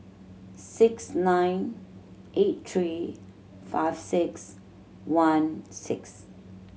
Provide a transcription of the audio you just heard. six nine eight three five six one six